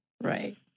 Right